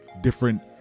different